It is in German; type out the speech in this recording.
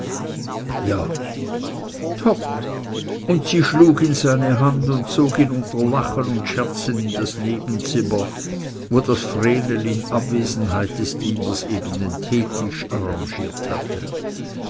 ja topp und sie schlug in seine hand und zog ihn unter lachen und scherzen in das nebenzimmer wo das vrenel in abwesenheit des dieners eben den teetisch arrangiert hatte